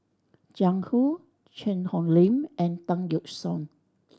Jiang Hu Cheang Hong Lim and Tan Yeok Seong